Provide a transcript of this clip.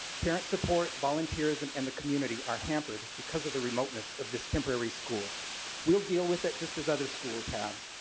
parent support, volunteers and the community are hampered because of the remoteness of this temporary school. we will deal with it just has other schools have,